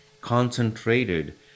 concentrated